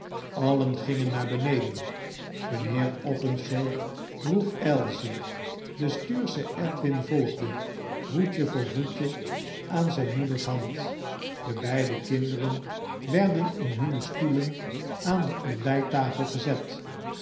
allen gingen naar beneden mijnheer openshaw droeg ailsie de stuursche edwin volgde voetje voor voetje aan zyn moeders hand de beide kinderen werden in hunne stoelen aan de ontbyttafel gezet